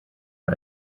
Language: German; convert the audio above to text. nur